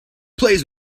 plays